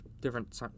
different